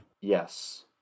Yes